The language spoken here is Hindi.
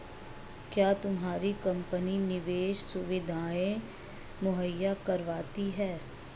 क्या तुम्हारी कंपनी निवेश सुविधायें मुहैया करवाती है?